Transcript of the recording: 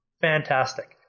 Fantastic